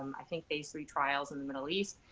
i think phase iii trials in the middle east.